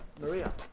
Maria